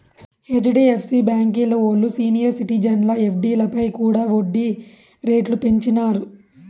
HDFC బాంకీ ఓల్లు senior సిటిజన్ల ఎఫ్డీలపై కూడా ఒడ్డీ రేట్లు పెంచినారు